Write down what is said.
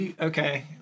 Okay